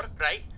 right